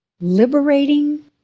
liberating